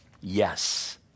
Yes